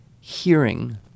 hearing